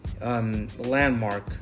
landmark